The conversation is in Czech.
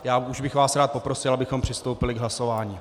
Já už bych vás rád poprosil, abychom přistoupili k hlasování.